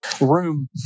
room